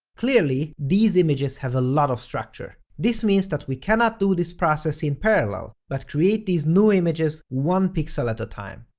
clearly, these images have a lot of structure. this means that we cannot do this process in parallel, but create these new images one pixel at a time.